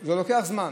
זה לוקח זמן.